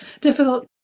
difficult